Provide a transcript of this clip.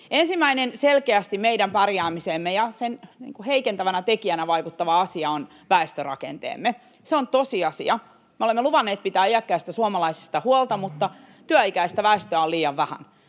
Ensimmäinen selkeästi meidän pärjäämiseemme vaikuttava ja sitä heikentävä tekijä on väestörakenteemme. Se on tosiasia. Me olemme luvanneet pitää iäkkäistä suomalaisista huolta, mutta työikäistä väestöä on liian vähän.